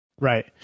Right